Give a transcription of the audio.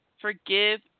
Forgive